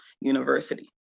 University